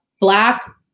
black